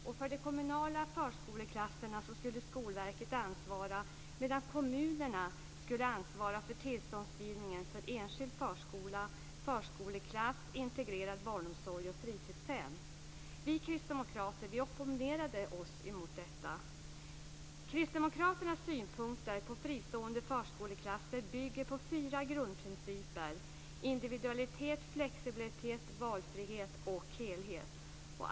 Skolverket skulle ansvara för de kommunala förskoleklasserna, medan kommunerna skulle ansvara för tillståndsgivningen för enskild förskola, förskoleklass, integrerad barnomsorg och fritidshem. Vi kristdemokrater opponerade oss mot detta. Kristdemokraternas synpunkter på fristående föreskoleklasser bygger på fyra grundprinciper: individualitet, flexibilitet, valfrihet och helhet.